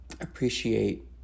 appreciate